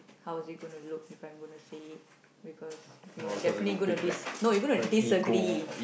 how is it gonna look if I'm going to say it because you are definitely gonna dis~ no you gonna disagree